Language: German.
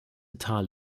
tal